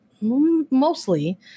mostly